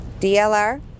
DLR